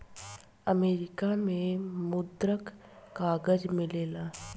America में मुद्रक कागज मिलेला